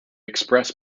express